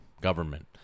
government